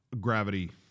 gravity